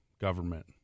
government